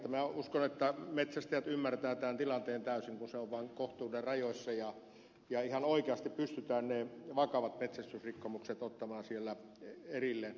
minä uskon että metsästäjät ymmärtävät tämän tilanteen täysin kun se on vaan kohtuuden rajoissa ja ihan oikeasti pystytään ne vakavat metsästysrikkomukset ottamaan siellä erilleen